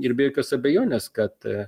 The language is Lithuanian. ir be jokios abejonės kad